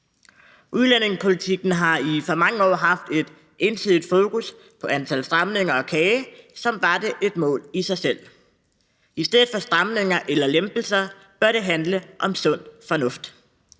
Udlændingepolitikken har i for mange år haft et ensidigt fokus på antal stramninger og kage, som var det et mål i sig selv. I stedet for stramninger eller lempelser bør det handle om sund fornuft,